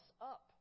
up